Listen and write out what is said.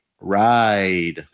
ride